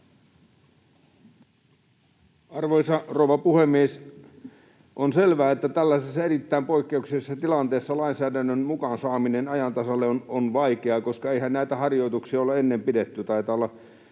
Arvoisa rouva puhemies! On selvää, että tällaisessa erittäin poikkeuksellisessa tilanteessa lainsäädännön saaminen ajan tasalle on vaikeaa, koska eihän näitä harjoituksia ole ennen pidetty.